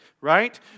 right